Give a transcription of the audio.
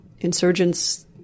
insurgents